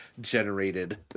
generated